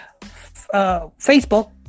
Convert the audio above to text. Facebook